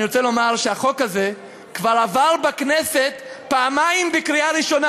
אני רוצה לומר שהחוק הזה כבר עבר בכנסת פעמיים בקריאה ראשונה: